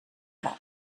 cap